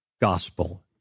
Gospel